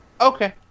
okay